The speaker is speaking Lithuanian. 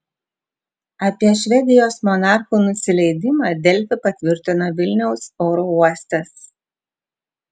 apie švedijos monarchų nusileidimą delfi patvirtino vilniaus oro uostas